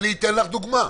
אציג לך דוגמה.